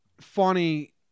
funny